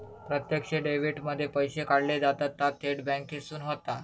प्रत्यक्ष डेबीट मध्ये पैशे काढले जातत ता थेट बॅन्केसून होता